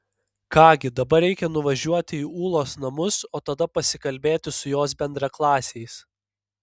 ką gi dabar reikia nuvažiuoti į ūlos namus o tada pasikalbėti su jos bendraklasiais